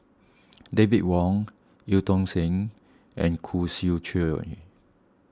David Wong Eu Tong Sen and Khoo Swee Chiow